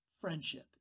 friendship